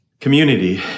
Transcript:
community